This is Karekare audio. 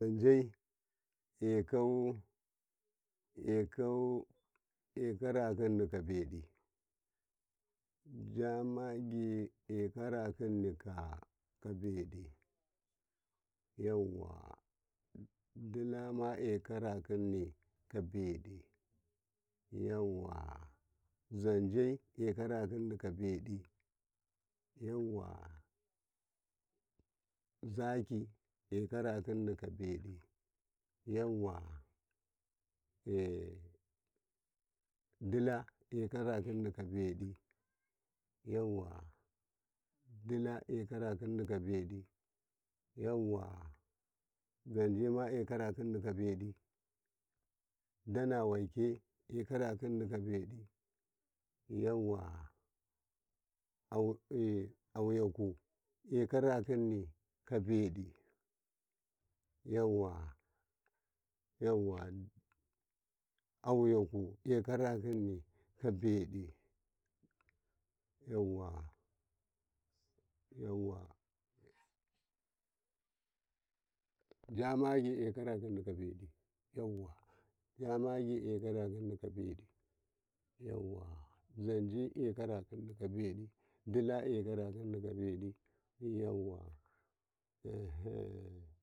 ka ƙochi nannakaye nannakaye nadeto nadeto nabarsu amu sai ƙochima nanna kaye nadeto deto'a gino nabarasu amo sakaye nabarasu waɗa to ƙochi nabarto sawa kwam kuwa nabartenate kwam nadanate ditama nabarte sawa dito nato ideina nada gatako nannana denekaye nabarto caraku te ƙochima denekaye nanakaye nadagataye deto nadarto sawa nabarti amu nabartu sawa nade narakete na dawali tida ajitautte mashidakaye hinɗakaye.